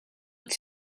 het